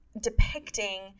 depicting